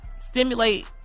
stimulate